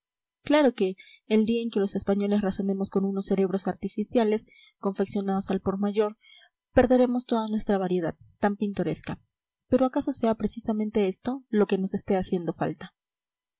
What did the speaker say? claro que el día en que los españoles razonemos con unos cerebros artificiales confeccionados al por mayor perderemos toda nuestra variedad tan pintoresca pero acaso sea precisamente esto lo que nos esté haciendo falta